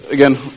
Again